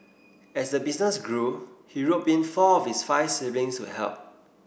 as the business grew he roped in four of his five siblings to help